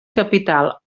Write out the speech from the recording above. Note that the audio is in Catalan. capital